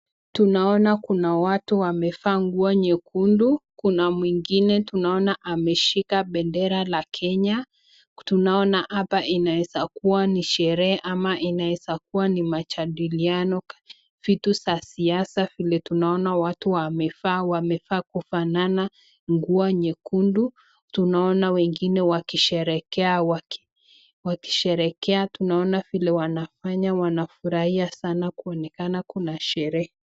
Tunaona kuna watu wamevaa nguo nyekundu, kuna mwingine tunaona ameshika bendera la Kenya, tunaona hapa inaweza kuwa ni sherehe ama inaweza kuwa ni majadiliano, vitu za siasa, vile tunaona watu wamevaa, wamevaa kufanana, nguo nyekundu, tunaona wengine wakisherekea wakisherekea tunaona vile wanafanya wanafurahia sana kuonekana kuna sherehe.